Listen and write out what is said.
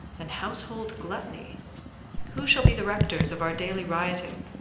than household gluttony who shall be the rectors of our daily rioting?